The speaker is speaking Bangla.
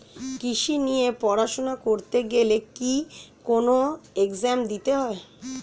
কৃষি নিয়ে পড়াশোনা করতে গেলে কি কোন এগজাম দিতে হয়?